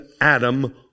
Adam